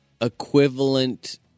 equivalent